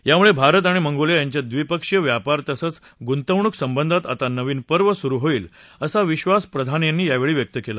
यामुळे भारत आणि मंगोलिया यांच्यात द्विपक्षीय व्यापार तसंच गुंतवणूक संबधात आता नवीन पर्व सुरू होईल असा विश्वास प्रधान यांनी यावेळी व्यक्त केला